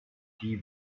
die